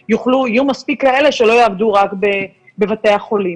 גם רופאים נוירולוגיים יהיו מספיק כאלה שלא יעבדו רק בבתי החולים.